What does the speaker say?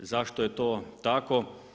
Zašto je to tako?